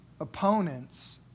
opponents